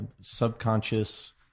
subconscious